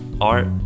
art